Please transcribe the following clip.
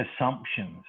assumptions